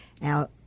Now